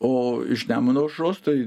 o iš nemuno aušros tai